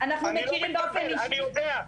אני יודע,